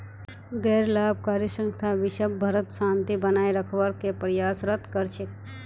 गैर लाभकारी संस्था विशव भरत शांति बनए रखवार के प्रयासरत कर छेक